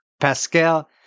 Pascal